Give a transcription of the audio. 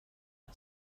här